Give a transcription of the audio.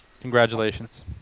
Congratulations